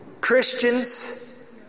Christians